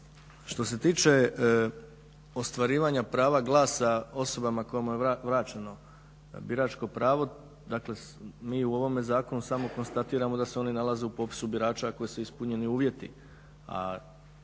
Što se tiče ostvarivanja prava glasa osobama kojima je vraćeno biračko pravo. Dakle mi u ovom zakonu samo konstatiramo da se oni nalaze u popisu birača ako su ispunjeni uvjeti.